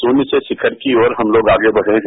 शून्य से शिखर की ओर हम लोग आगे बढ़े हैं